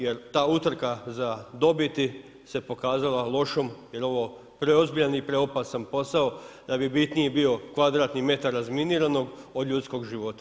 Jer ta utrka za dobiti se pokazala lošom jer ovo je preozbiljan i preopasan posao da bi bitniji bio kvadratni metar razminiranog od ljudskog života.